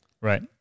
Right